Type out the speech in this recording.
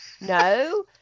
no